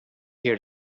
here